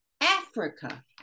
Africa